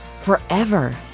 forever